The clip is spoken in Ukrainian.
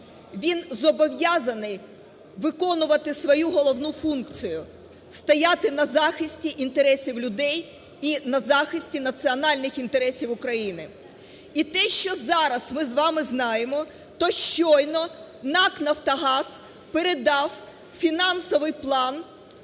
він зобов'язаний виконувати свою головну функцію – стояти на захисті інтересів людей і на захисті національних інтересів України. І те, що зараз ми з вами знаємо, то щойно НАК "Нафтогаз" передав фінансовий план